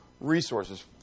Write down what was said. resources